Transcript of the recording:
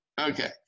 Okay